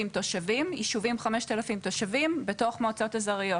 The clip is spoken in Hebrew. שישובים עם חמשת אלפים תושבים בתוך מועצות אזוריות,